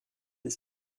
des